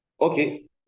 okay